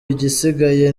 igisigaye